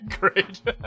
great